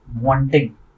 wanting